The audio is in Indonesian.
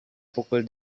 pukul